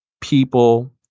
people